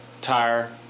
tire